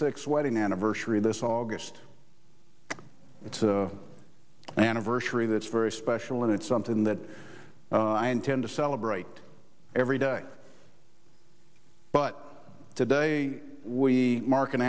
six wedding anniversary this august anniversary that's very special and it's something that i intend to celebrate every day but today we mark an